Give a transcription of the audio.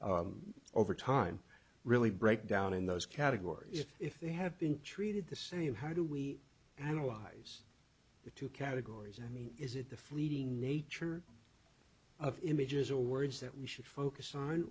over time really break down in those categories if they have been treated the same how do we analyze the two categories i mean is it the fleeting nature of images or words that we should focus on